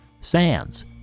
Sands